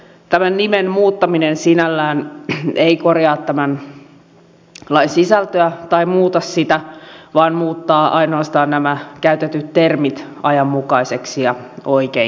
tämän nimen muuttaminen sinällään ei korjaa tämän lain sisältöä tai muuta sitä vaan muuttaa ainoastaan nämä käytetyt termit ajanmukaisiksi ja oikeiksi